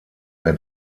mehr